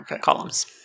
columns